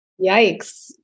Yikes